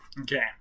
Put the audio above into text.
Okay